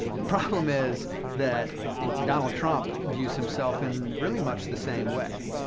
the problem is that donald trump views himself in really much the same way,